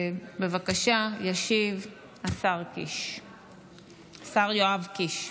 בבקשה, ישיב השר יואב קיש.